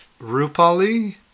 rupali